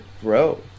grow